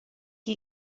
que